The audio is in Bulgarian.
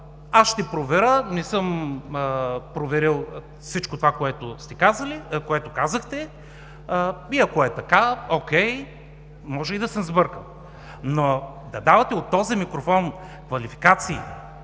аз ще проверя, не съм проверил всичко това, което казахте, и ако е така, окей може и да съм сбъркал. Но да давате от този микрофон квалификации,